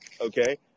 okay